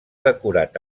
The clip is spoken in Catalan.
decorat